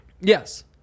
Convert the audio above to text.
Yes